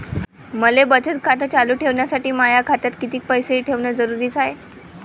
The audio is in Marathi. मले बचत खातं चालू ठेवासाठी माया खात्यात कितीक पैसे ठेवण जरुरीच हाय?